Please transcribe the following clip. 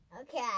Okay